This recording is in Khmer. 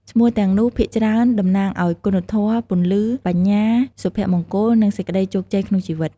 ឈ្មោះទាំងនោះភាគច្រើនតំណាងឲ្យគុណធម៌ ពន្លឺ បញ្ញា សុភមង្គល និងសេចក្ដីជោគជ័យក្នុងជីវិត។